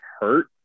hurt